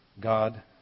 God